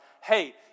hey